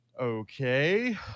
Okay